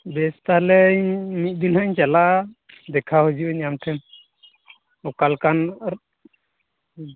ᱵᱮᱥ ᱛᱟᱦᱚᱞᱮ ᱤᱧ ᱢᱤᱫ ᱫᱤᱱ ᱱᱷᱟᱜ ᱤᱧ ᱪᱟᱞᱟᱜ ᱟ ᱫᱮᱠᱷᱟᱣ ᱦᱤᱡᱩᱜᱼᱟ ᱧ ᱟᱢᱴᱷᱮᱱ ᱚᱠᱟᱞᱮᱠᱟᱱ